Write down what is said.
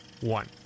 one